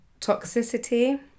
toxicity